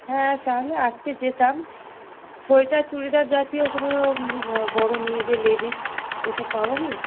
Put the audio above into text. হ্যাঁ তাহলে আজকে যেতাম সোয়েটার চুড়িদার জাতীয় কোনো বড়ো মেয়েদের লেগিংস এসব পাবো কি